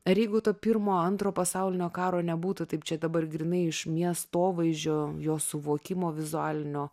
ar jeigu to pirmo antro pasaulinio karo nebūtų taip čia dabar grynai iš miestovaizdžio jo suvokimo vizualinio